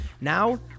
Now